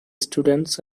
students